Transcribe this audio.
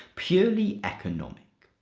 purely economic.